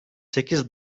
sekiz